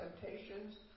temptations